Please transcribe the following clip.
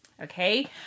okay